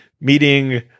meeting